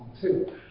two